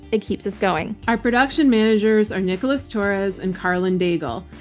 it keeps us going. our production managers are nicholas torres and karlyn daigle.